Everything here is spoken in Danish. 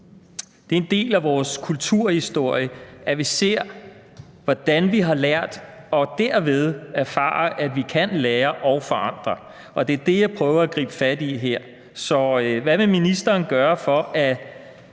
Det er en del af vores kulturhistorie, at vi ser, hvordan vi har lært, og derved erfarer, at vi kan lære og forandre, og det er det, jeg prøver at gribe fat i her. Så hvad vil ministeren gøre, for